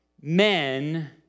men